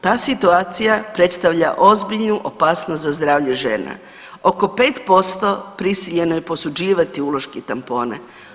Ta situacija predstavlja ozbiljnu opasnost za zdravlje žena, oko 5% prisiljeno je posuđivati uloške i tampone.